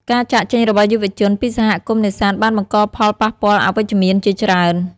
ការចាកចេញរបស់យុវជនពីសហគមន៍នេសាទបានបង្កផលប៉ះពាល់អវិជ្ជមានជាច្រើន។